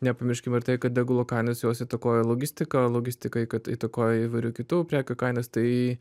nepamirškim ir tai kad degalų kainos jos įtakoja logistiką logistika įtakoja įvairių kitų prekių kainas tai